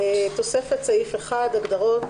תוספת (סעיף 1) הגדרות